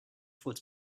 thought